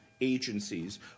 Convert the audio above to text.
agencies